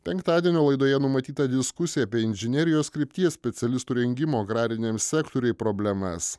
penktadienio laidoje numatyta diskusija apie inžinerijos krypties specialistų rengimo agrariniam sektoriui problemas